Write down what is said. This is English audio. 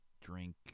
drink